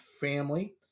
family